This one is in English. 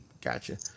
Gotcha